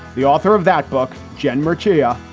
the author of that book, jen murgia,